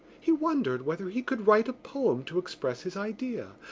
he wondered whether he could write a poem to express his idea.